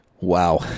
Wow